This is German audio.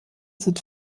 sind